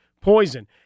poison